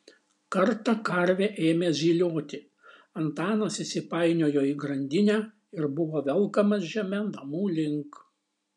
kartą karvė ėmė zylioti antanas įsipainiojo į grandinę ir buvo velkamas žeme namų link